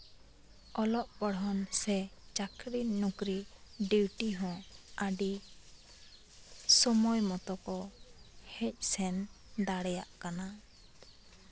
ᱚᱞᱚᱜ ᱯᱚᱲᱦᱚᱱ ᱥᱮ ᱪᱟ ᱠᱨᱤ ᱱᱚᱠᱨᱤ ᱰᱤᱭᱩᱴᱤ ᱦᱚᱸ ᱟᱹᱰᱤ ᱥᱚᱢᱚᱭ ᱢᱚᱛᱚ ᱠᱚ ᱦᱮᱡ ᱥᱮᱱ ᱫᱟᱲᱮᱭᱟᱜ ᱠᱟᱱᱟ